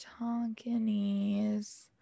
Tonkinese